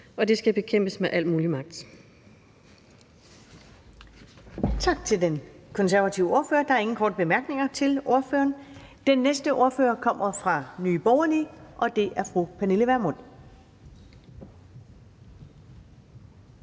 og det skal bekæmpes med al mulig magt.